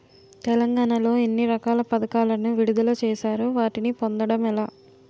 తెలంగాణ లో ఎన్ని రకాల పథకాలను విడుదల చేశారు? వాటిని పొందడం ఎలా?